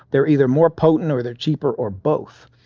they're either more potent, or they're cheaper or both.